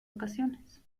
ocasiones